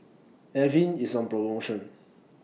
Avene IS on promotion